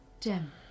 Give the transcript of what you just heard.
Jim